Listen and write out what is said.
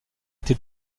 été